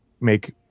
make